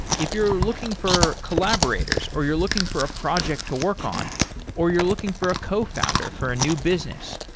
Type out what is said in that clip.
if you're looking for collaborators or you're looking for a project to work on or you're looking for a cofounder for a new business,